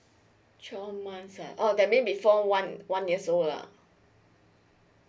twelve months ah oh that means before one one year old lah